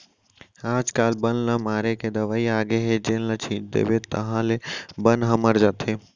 आजकाल बन ल मारे के दवई आगे हे जेन ल छिंच देबे ताहाँले बन ह मर जाथे